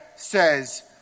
says